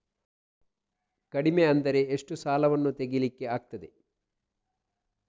ಕಡಿಮೆ ಅಂದರೆ ಎಷ್ಟು ಸಾಲವನ್ನು ತೆಗಿಲಿಕ್ಕೆ ಆಗ್ತದೆ?